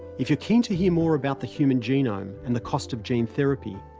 if you're keen to hear more about the human genome and the cost of gene therapy,